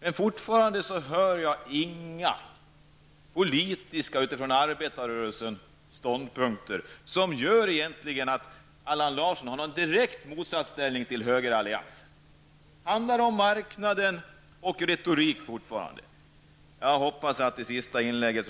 Men jag kan ännu inte höra några politiska ståndpunkter från arbetarrörelsen, som visar att Allan Larsson har en direkt motsatsställning gentemot högeralliansen. Det handlar om marknaden, men det är fortfarande enbart retorik. Jag hoppas att Allan Larsson i sitt nästa inlägg